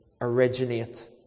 originate